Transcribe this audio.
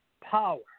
power